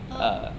orh